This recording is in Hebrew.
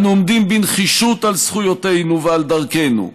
אנו עומדים בנחישות על זכויותינו ועל דרכנו,